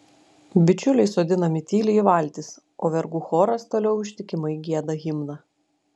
bičiuliai sodinami tyliai į valtis o vergų choras toliau ištikimai gieda himną